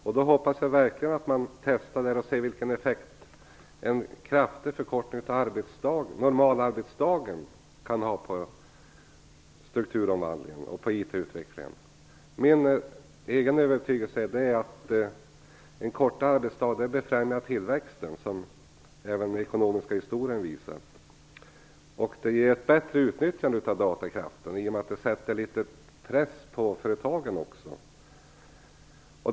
Jag hoppas verkligen att man ser på vilken effekt en kraftig förkortning av normalarbetsdagen kan ha på strukturomvandlingen och IT-utvecklingen. Det är min övertygelse att en kortare arbetsdag främjar tillväxt, vilket även den ekonomiska historien visar. Det ger ett bättre utnyttjande av datorkraften, i och med att det sätter press på företagen.